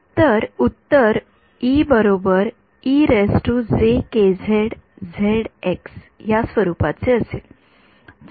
तर उत्तर या स्वरूपाचे असेल